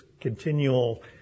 continual